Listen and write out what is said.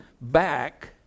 back